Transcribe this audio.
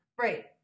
right